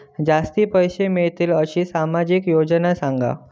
जास्ती पैशे मिळतील असो सामाजिक योजना सांगा?